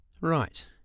Right